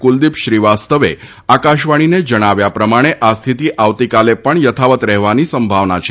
કુલદીપ શ્રીવાસ્તવે આકાશવાણીને જણાવ્યા પ્રમાણે આ સ્થિતિ આવતીકાલે પણ યથાવત રહેવાની સંભાવના છે